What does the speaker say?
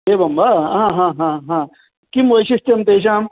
एवं वा हा हा हा हा किं वैशिष्ट्यं तेषाम्